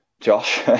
Josh